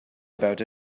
about